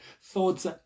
Thoughts